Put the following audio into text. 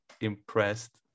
impressed